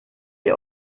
ihr